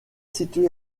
situé